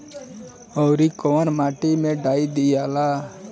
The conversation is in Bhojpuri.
औवरी कौन माटी मे डाई दियाला?